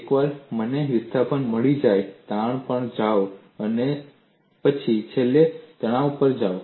એકવાર મને વિસ્થાપન મળી જાય તાણ પર જાઓ અને પછી છેલ્લે તણાવ પર જાઓ